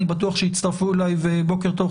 אני בטוח שיצטרפו אליי ובוקר טוב,